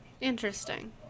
interesting